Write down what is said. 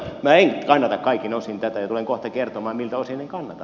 minä en kannata kaikin osin tätä ja tulen kohta kertomaan miltä osin en kannata